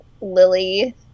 Lily